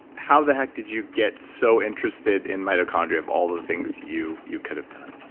how the heck did you get so interested in mitochondria, of all the things you you could've done?